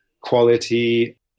quality